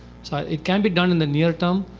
so it can be done in the near-term.